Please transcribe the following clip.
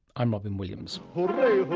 i'm robyn williams